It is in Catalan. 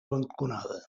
balconada